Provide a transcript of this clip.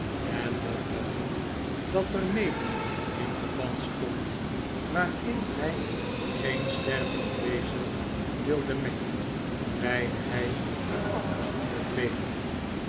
en met het doel dat er mede in verband stond waarin hy geen sterfelijk wezen wilde mengen leidde hijeenafgezonderdleven altijd eene